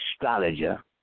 astrologer